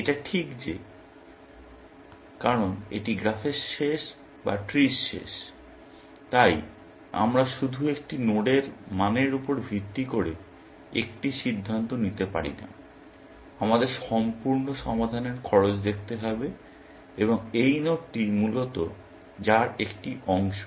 এটা ঠিক যে কারণ এটি গ্রাফের শেষ বা ট্রির শেষ তাই আমরা শুধু একটি নোডের মানের উপর ভিত্তি করে একটি সিদ্ধান্ত নিতে পারি না আমাদের সম্পূর্ণ সমাধানের খরচ দেখতে হবে এই নোডটি মূলত যার একটি অংশ